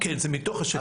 כן, זה מתוך השקף הקודם.